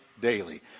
daily